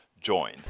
join